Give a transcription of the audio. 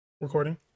recording